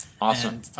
Awesome